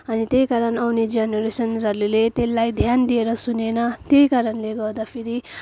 अनि त्यही कारण आउने जेनेरेसनहरूले त्यसलाई ध्यान दिएर सुनेन त्यही कारणले गर्दा फेरि हाम्रो नेपाली